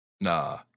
nah